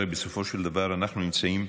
הרי בסופו של דבר אנחנו נמצאים